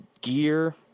gear